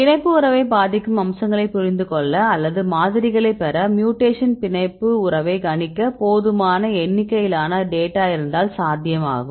பிணைப்பு உறவைப் பாதிக்கும் அம்சங்களைப் புரிந்து கொள்ள அல்லது மாதிரிகளைப் பெற மியூடேக்ஷன் பிணைப்பு உறவை கணிக்க போதுமான எண்ணிக்கையிலான டேட்டா இருந்தால் சாத்தியமாகும்